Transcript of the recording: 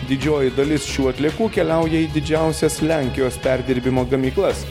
didžioji dalis šių atliekų keliauja į didžiausias lenkijos perdirbimo gamyklas